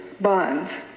bonds